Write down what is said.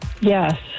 Yes